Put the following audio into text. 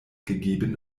gegeben